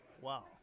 Wow